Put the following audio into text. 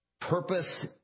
Purpose